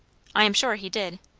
i am sure he did.